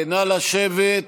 נא לשבת.